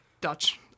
Dutch